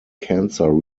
cancer